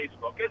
Facebook